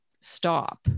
stop